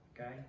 okay